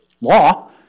law